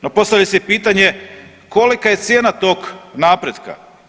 No, postavlja se pitanje kolika je cijena tog napretka.